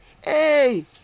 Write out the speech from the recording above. hey